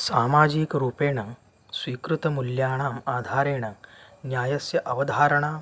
सामाजिकरूपेण स्वीकृतं मूल्यानाम् आधारेण न्यायस्य अवधारणा